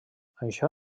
això